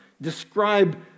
describe